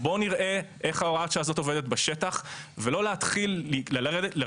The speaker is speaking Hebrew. בואו נראה איך הוראת השעה הזו עובדת בשטח ולא להתחיל לרדת